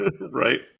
right